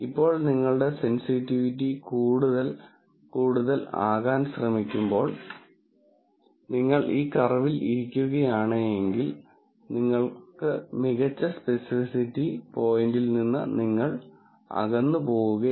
ഇപ്പോൾ നിങ്ങളുടെ സെൻസിറ്റിവിറ്റി കൂടുതൽ കൂടുതൽ ആകാൻ ശ്രമിക്കുമ്പോൾ നിങ്ങൾ ഈ കർവിൽ ഇരിക്കുകയാണെങ്കിൽ നിങ്ങൾ മികച്ച സ്പെസിഫിസിറ്റി പോയിന്റിൽ നിന്ന് അകന്നുപോകുകയാണ്